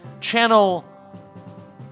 channel